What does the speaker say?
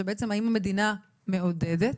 שבעצם האם המדינה מעודדת